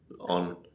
on